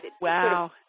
Wow